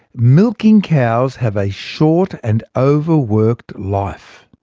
milking cows have a short and overworked life.